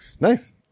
Nice